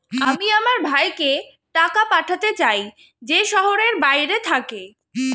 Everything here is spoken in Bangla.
আমি আমার ভাইকে টাকা পাঠাতে চাই যে শহরের বাইরে থাকে